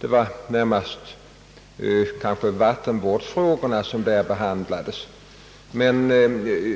kanske var det närmast vattenfrågorna som behandlades där.